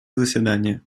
заседание